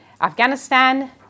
Afghanistan